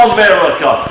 America